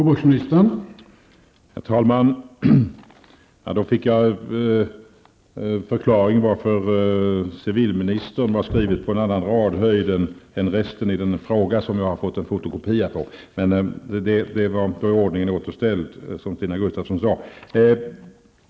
Herr talman! Jag har nu fått förklaringen till att ''civilministern'' hade skrivits med förskjuten radhöjd i förhållande till resten av den fråga som jag fått en fotokopia på. Nu är emellertid ordningen återställd, som Stina Gustavsson sade.